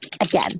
again